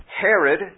Herod